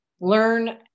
learn